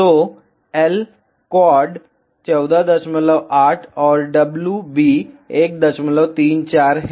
तो L quad 148 और wb 134 है